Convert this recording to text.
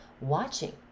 watching